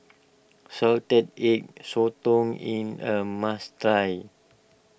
Salted Egg Sotong in a must try